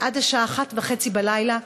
עד השעה 1:30 בלילה,